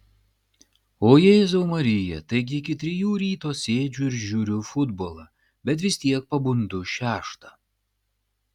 o jėzau marija taigi iki trijų ryto sėdžiu ir žiūriu futbolą bet vis tiek pabundu šeštą